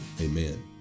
amen